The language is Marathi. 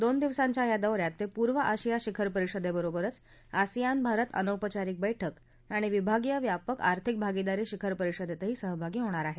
दोन दिवसांच्या या दौऱ्यात ते पूर्व आशिया शिखर परिषदेबरोबरच आसियान भारत अनौपचारिक बैठक आणि विभागीय व्यापक आर्थिक भागिदारी शिखर परिषदेतही सहभागी होणार आहेत